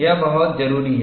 यह बहूत ज़रूरी है